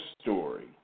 story